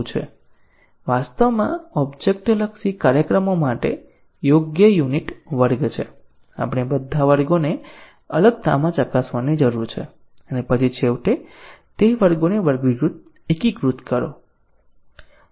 તે વેયુકર છે વાસ્તવમાં ઓબ્જેક્ટ લક્ષી કાર્યક્રમો માટે યોગ્ય યુનિટ વર્ગ છે આપણે બધા વર્ગોને અલગતામાં ચકાસવાની જરૂર છે અને પછી છેવટે તે વર્ગોને એકીકૃત કરો